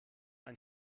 ein